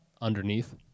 underneath